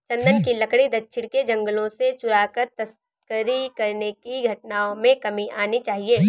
चन्दन की लकड़ी दक्षिण के जंगलों से चुराकर तस्करी करने की घटनाओं में कमी आनी चाहिए